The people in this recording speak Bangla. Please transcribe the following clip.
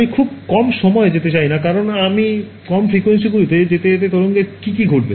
আমি খুব কমে যেতে চাই না কারণ আমি কম ফ্রিকোয়েন্সিগুলিতে যেতে যেতে তরঙ্গ দৈর্ঘ্যের কী ঘটে